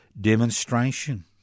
demonstration